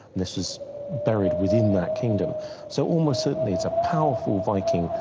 this was buried within that kingdom so almost certainly it's a powerful viking,